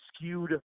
skewed